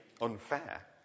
unfair